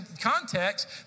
context